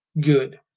Good